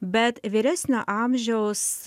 bet vyresnio amžiaus